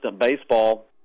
baseball